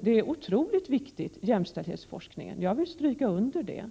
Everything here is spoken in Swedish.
Jag vill 59 understryka att jämställdhetsforskningen är otroligt viktig,